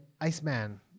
Iceman